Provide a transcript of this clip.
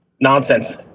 nonsense